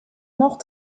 mort